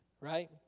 right